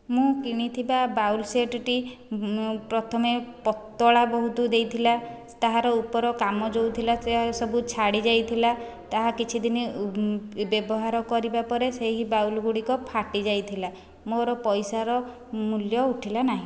ମୁଁ କିଣିଥିବା ବାଉଲ୍ ସେଟ୍ଟି ପ୍ରଥମେ ପତଳା ବହୁତ ଦେଇଥିଲା ତାହାର ଉପର କାମ ଯେଉଁ ଥିଲା ସେଗୁଡ଼ିକ ସବୁ ଛାଡ଼ି ଯାଇଥିଲା ତାହା କିଛି ଦିନି ବ୍ୟବହାର କରିବା ପରେ ସେହି ବାଉଲ୍ ଗୁଡ଼ିକ ଫାଟିଯାଇଥିଲା ମୋ'ର ପଇସାର ମୂଲ୍ୟ ଉଠିଲା ନାହିଁ